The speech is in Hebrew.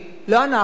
לא אנחנו.